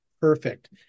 perfect